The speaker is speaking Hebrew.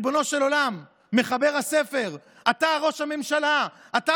ריבונו של עולם, מחבר הספר, אתה ראש הממשלה, אתה